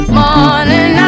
morning